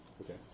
Okay